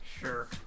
Sure